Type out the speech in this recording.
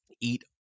eat